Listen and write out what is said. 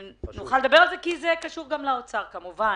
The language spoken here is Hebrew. זה קשור גם לאוצר, כמובן.